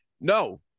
No